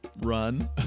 run